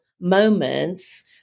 moments